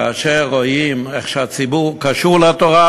כאשר רואים איך שהציבור קשור לתורה,